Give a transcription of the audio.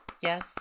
Yes